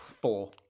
four